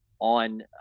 on